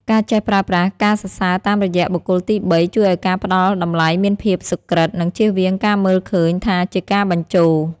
ការចេះប្រើប្រាស់ "ការសរសើរតាមរយៈបុគ្គលទីបី" ជួយឱ្យការផ្តល់តម្លៃមានភាពសុក្រឹត និងជៀសវាងការមើលឃើញថាជាការបញ្ជោរ។